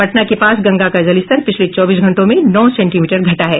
पटना के पास गंगा का जलस्तर पिछले चौबीस घंटों में नौ सेंटीमीटर घटा है